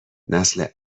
نسل